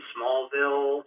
Smallville